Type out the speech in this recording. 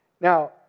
Now